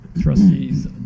trustees